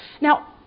Now